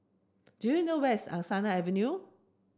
do you know where is Angsana Avenue